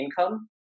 income